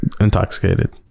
intoxicated